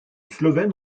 slovène